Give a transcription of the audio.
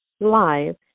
live